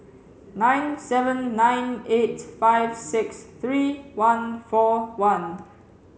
nine seven nine eight five six three one four one